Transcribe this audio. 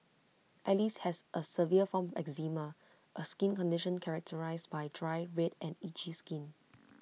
alice has A severe form of eczema A skin condition characterised by dry red and itchy skin